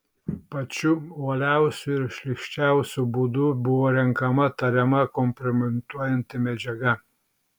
pačiu uoliausiu ir šlykščiausiu būdu buvo renkama tariama kompromituojanti medžiaga